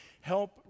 help